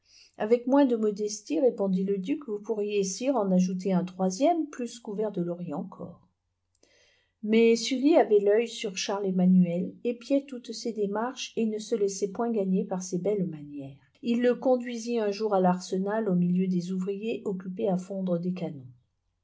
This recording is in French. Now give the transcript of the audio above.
avec moins de modestie répondit le duc vous pourriez sire en ajouter un troisième plus couvert de lauriers encore mais sully avait l'œil sur charles emmanuel épiait toutes ses démarches et ne se laissait point gagner par ses belles manières il le conduisit un jour à l'arsenal au milieu des ouvriers occupés à fondre des canons